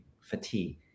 fatigue